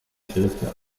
kirche